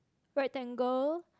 rectangle